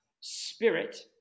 spirit